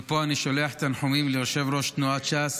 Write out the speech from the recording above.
מפה אני שולח תנחומים ליושב-ראש תנועת ש"ס